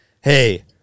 hey